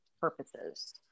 purposes